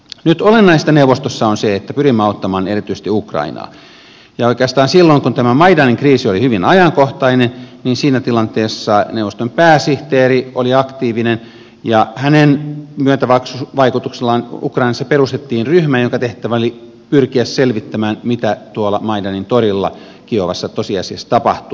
nyt olennaista neuvostossa on se että pyrimme auttamaan erityisesti ukrainaa ja oikeastaan silloin kun tämä maidanin kriisi oli hyvin ajankohtainen siinä tilanteessa neuvoston pääsihteeri oli aktiivinen ja hänen myötävaikutuksellaan ukrainassa perustettiin ryhmä jonka tehtävänä oli pyrkiä selvittämään mitä tuolla maidanin torilla kiovassa tosiasiassa tapahtui